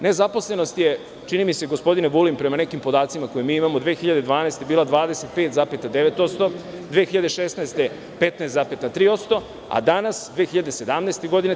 Nezaposlenost je čini mi se gospodine Vulin, prema nekim podacima koje mi imamo 2012. godine bila 25,9%, 2016. godine 15,3%, a danas 2017. godine 13%